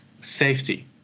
safety